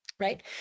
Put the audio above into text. right